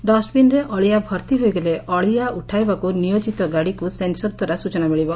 ଡଷ୍ବିନ୍ରେ ଅଳିଆ ଭର୍ତ୍ତି ହୋଇଗଲେ ଅଳିଆ ଉଠାଇବାକୁ ନିୟୋଜିତ ଗାଡ଼ିକୁ ସେନ୍ସର୍ ଦ୍ୱାରା ସୂଚନା ମିଳିବ